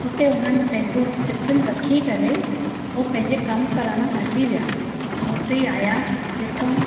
हुते उन्हनि पंहिंजो टिफ़िन रखी करे उहो पंहिंजे कमु करणु हली विया मोट ई आहियां ॾिठऊं